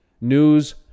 news